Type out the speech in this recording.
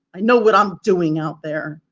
i know what i'm doing out there.